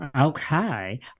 okay